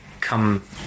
come